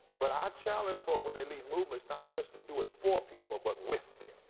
but i challenge for when they leave movements not just to do it for people but with them.